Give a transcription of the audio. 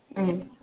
उम